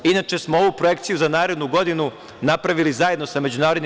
Inače, ovu projekciju za narednu godinu smo napravili zajedno sa MMF.